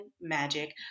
magic